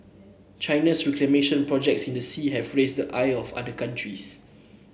China's reclamation projects in the sea have raised ire of other countries